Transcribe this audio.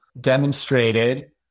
demonstrated